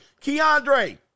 Keandre